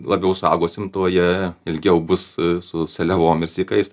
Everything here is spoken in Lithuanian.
labiau saugosim tuo jie ilgiau bus su seliavom ir sykais